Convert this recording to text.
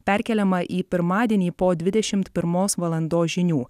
perkeliama į pirmadienį po dvidešimt pirmos valandos žinių